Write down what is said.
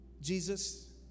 Jesus